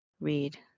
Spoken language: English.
read